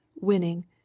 winning